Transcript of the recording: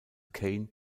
kane